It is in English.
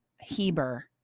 Heber